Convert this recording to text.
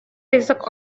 ризык